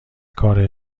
کار